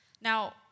Now